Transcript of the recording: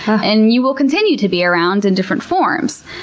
and you will continue to be around in different forms.